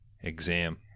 exam